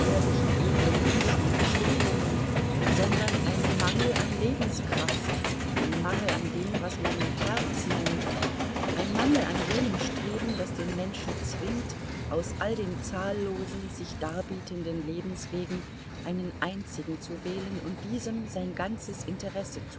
edlen wünschen und bestrebungen sondern ein mangel an lebenskraft ein mangel an dem was man herz nennt ein mangel an jenem streben das den menschen zwingt aus all den zahllosen sich darbietenden lebenswegen einen einzigen zu wählen und diesem sein ganzes interesse